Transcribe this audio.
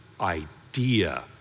idea